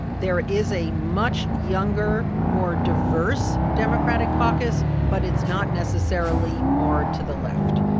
there is a much younger, more diverse democratic caucus, but it's not necessarily more to the left.